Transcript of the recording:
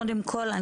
קודם כול,